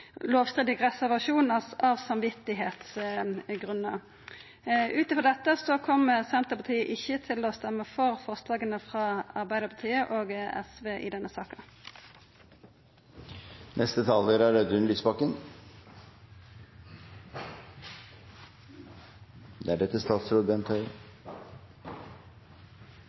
lovstridig reservasjon av samvitsgrunnar. Utover dette kjem Senterpartiet ikkje til å stemma for forslaga frå Arbeidarpartiet og SV i denne